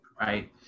right